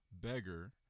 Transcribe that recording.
beggar